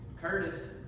Curtis